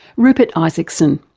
rupert isaacson.